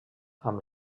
amb